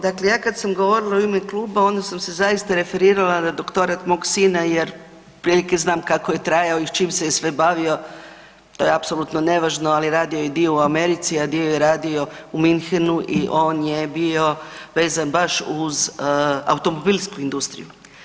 Dakle, ja kad sam govorila u ime kluba onda sam se zaista referirala na doktorat mog sina jer od prilike znam kako je trajao i s čim se je sve bavio, to je apsolutno nevažno ali radio je i dio u Americi, a dio je radio u Munchenu i on je bio vezan baš uz automobilsku industriju.